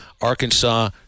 Arkansas